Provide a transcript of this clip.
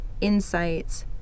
insights